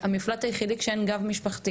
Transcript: אז המפלט היחידי כשאין גב משפחתי